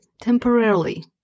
temporarily